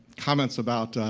comments about, ah,